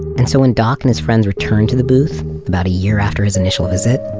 and so when doc and his friends returned to the booth about a year after his initial visit,